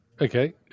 Okay